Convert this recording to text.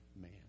man